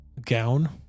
gown